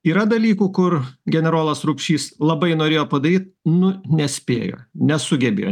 yra dalykų kur generolas rupšys labai norėjo padaryt nu nespėjo nesugebėjo